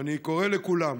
ואני קורא לכולם